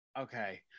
Okay